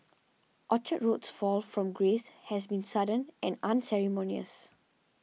Orchard Road's fall from grace has been sudden and unceremonious